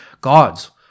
gods